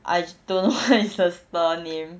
I don't know what is the store name